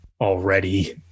already